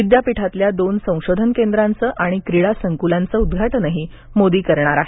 विद्यापीठातल्या दोन संशोधन केंद्रांचं आणि क्रीडा संकुलाचं उद्घाटनही मोदी करणार आहेत